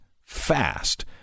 fast